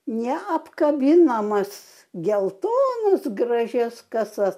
neapkabinamas geltonas gražias kasas